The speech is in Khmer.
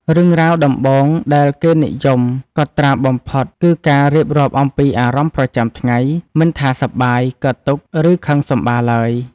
រឿងរ៉ាវដំបូងដែលគេនិយមកត់ត្រាបំផុត គឺការរៀបរាប់អំពីអារម្មណ៍ប្រចាំថ្ងៃ មិនថាសប្បាយ កើតទុក្ខ ឬខឹងសម្បារឡើយ។